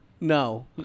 No